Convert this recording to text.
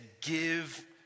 give